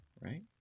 right